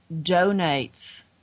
donates